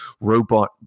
robot